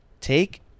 take